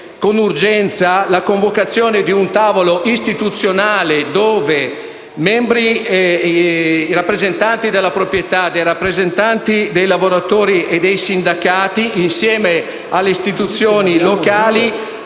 con urgenza la convocazione di un tavolo istituzionale dove membri e rappresentanti della proprietà e i rappresentanti dei lavoratori e dei sindacati, insieme alle istituzioni locali,